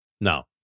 No